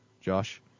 Josh